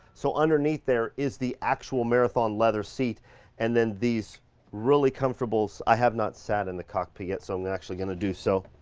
so underneath there is the actual marathon leather seat and then these really comfortables, i have not sat in the cockpit yet so i'm actually gonna do so.